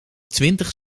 twintig